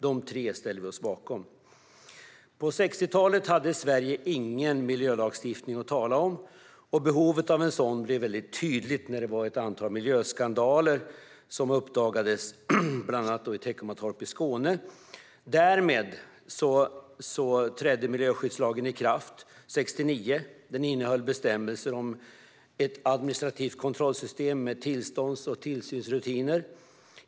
På 1960-talet hade Sverige ingen miljölagstiftning att tala om, och behovet av en sådan blev mycket tydligt när ett antal miljöskandaler uppdagades, bland annat i Teckomatorp i Skåne. Därmed trädde miljöskyddslagen i kraft 1969. Den innehöll bestämmelser om ett administrativt kontrollsystem med tillstånds och tillsynsrutiner.